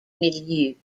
milieu